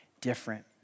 different